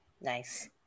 Nice